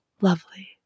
lovely